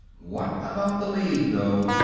what about the league though?